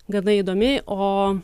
gana įdomi o